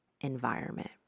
environment